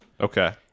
Okay